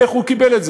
איך הוא קיבל את זה?